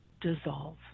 Dissolve